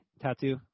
tattoo